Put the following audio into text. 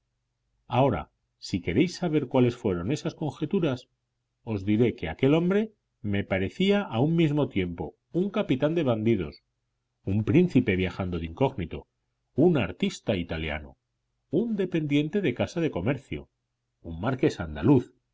ahora si queréis saber cuáles fueron esas conjeturas os diré que aquel hombre me parecía a un mismo tiempo un capitán de bandidos un príncipe viajando de incógnito un artista italiano un dependiente de casa de comercio un marqués andaluz